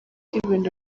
ibintu